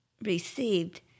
received